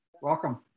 welcome